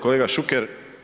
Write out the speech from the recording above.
Kolega Šuker.